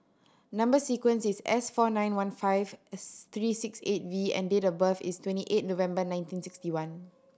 number sequence is S four nine one five three six eight V and date of birth is twenty eight November nineteen sixty one